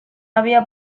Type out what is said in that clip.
había